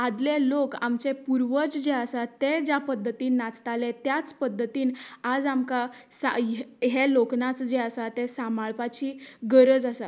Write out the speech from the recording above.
आदले लोक आमचे पूर्वज जे आसा ते ज्या पध्तीन नाचताले त्याच पध्दतीन आज आमकां सहाय्य हे लोकनाच जे आसा तें सांबाळपाची आमकां गरज आसा